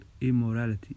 immorality